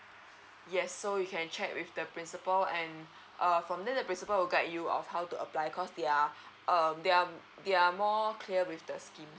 yes so you can check with the principal and err from there the principal will guide you of how to apply cause they're um they're they're more clear with the schemes